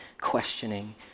questioning